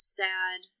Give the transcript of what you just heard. sad